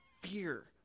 fear